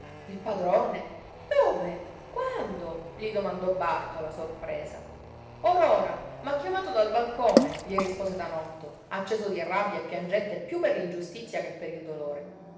il padrone dove quando gli domandò bàrtola sorpresa or ora m'ha chiamato dal balcone gli rispose tanotto acceso di rabbia e piangente piú per l'ingiustizia che per il dolore